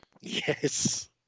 Yes